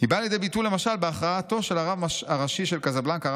"היא באה לידי ביטוי למשל בהכרעתו של הרב הראשי של קזבלנקה,